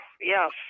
yes